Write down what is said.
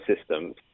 systems